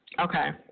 Okay